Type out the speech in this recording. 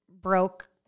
broke